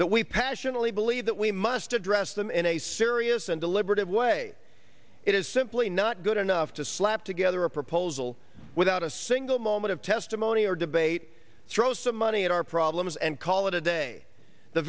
that we passionately believe that we must address them in a serious and deliberative way it is simply not good enough to slap together a proposal without a single moment of testimony or debate throw some money at our problems and call it a day the